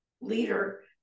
leader